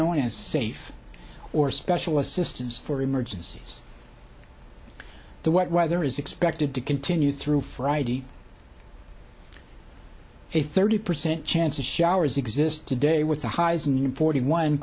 is safe or special assistance for emergencies the wet weather is expected to continue through friday a thirty percent chance of showers exist today with the highs and forty one